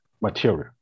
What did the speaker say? material